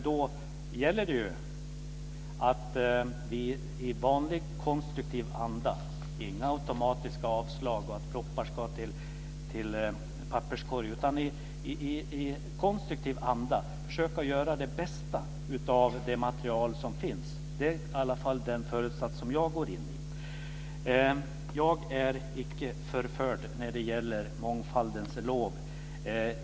Då gäller det att vi i vanlig konstruktiv anda - inga automatiska avslag, inget automatisk slängande av propositioner direkt i papperskorgen - försöka att göra det bästa av det material som finns. Det är den föresats som i alla fall jag har. Jag är icke förförd när det gäller mångfaldens lov.